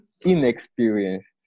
inexperienced